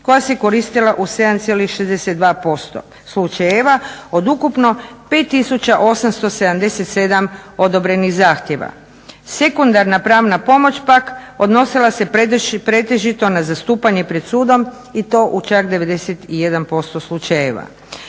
koja se koristila u 7,62% slučajeva od ukupno 5877 odobrenih zahtjeva. Sekundarna pravna pomoć pak odnosila se pretežito na zastupanje pred sudom i to u čak 91% slučajeve.